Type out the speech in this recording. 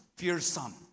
fearsome